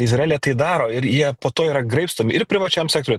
izraelyje tai daro ir jie po to yra graibstomi ir privačiam sektoriuj